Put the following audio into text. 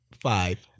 five